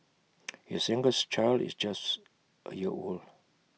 his youngest child is just A year old